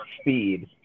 speed